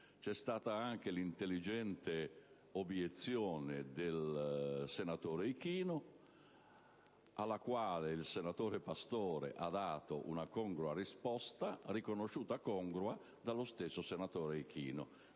è stata anche l'intelligente obiezione del senatore Ichino, alla quale il collega Pastore ha dato una risposta riconosciuta congrua dallo stesso senatore che